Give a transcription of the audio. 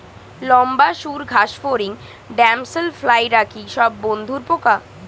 লম্বা সুড় ঘাসফড়িং ড্যামসেল ফ্লাইরা কি সব বন্ধুর পোকা?